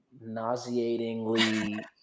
nauseatingly